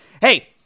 Hey